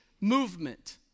movement